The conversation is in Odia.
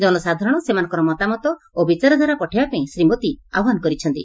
ଜନସାଧାରଣ ସେମାନଙ୍କର ମତାମତ ଓ ବିଚାରଧାରା ପଠାଇବାପାଇଁ ଶ୍ରୀ ମୋଦି ଆହ୍ୱାନ କରିଛନ୍ତି